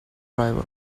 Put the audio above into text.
driver